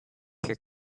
your